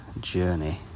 journey